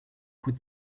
quit